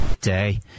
day